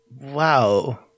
Wow